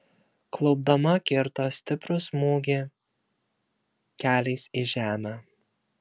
klaupdama kirto stiprų smūgį keliais į žemę